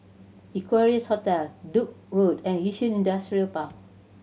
Equarius Hotel Duke Road and Yishun Industrial Park